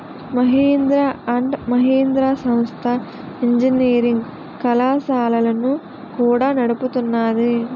Mahindra and Mahindra సంస్థ engineering కళాశాలలను కూడా నడుపుతున్నాది